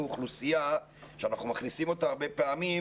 אוכלוסייה שאנחנו מכניסים אותה הרבה פעמים,